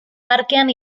parkean